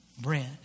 bread